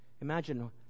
Imagine